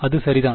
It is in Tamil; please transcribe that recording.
அது சரிதான்